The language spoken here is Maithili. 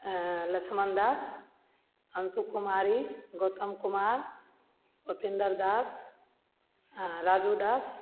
लक्ष्मण दास अंशु कुमारी गौतम कुमार ओपिन्द्र दास राजू दास